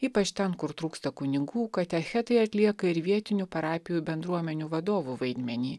ypač ten kur trūksta kunigų katechetai atlieka ir vietinių parapijų bendruomenių vadovų vaidmenį